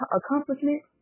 accomplishment